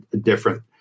different